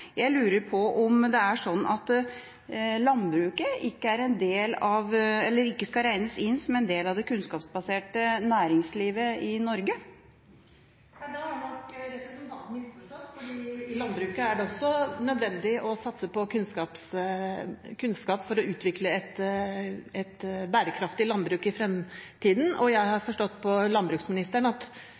Jeg lurer på om det er sånn at landbruket ikke skal regnes inn som en del av det kunnskapsbaserte næringslivet i Norge. Da har nok representanten misforstått, for i landbruket er det også nødvendig å satse på kunnskap for å utvikle et bærekraftig landbruk i fremtiden. Jeg har forstått på landbruksministeren at